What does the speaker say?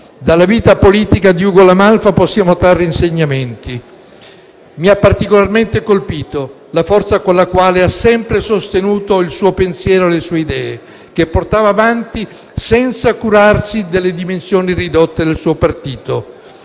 Dalla vita politica di Ugo La Malfa possiamo trarre tanti insegnamenti. Mi ha particolarmente colpito la forza con la quale ha sempre sostenuto il suo pensiero e le sue idee, che portava avanti senza curarsi delle dimensioni ridotte del suo partito.